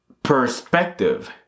perspective